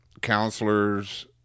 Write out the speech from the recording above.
counselors